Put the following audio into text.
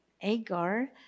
Agar